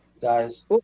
guys